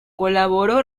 colaboró